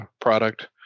product